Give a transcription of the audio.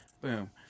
Boom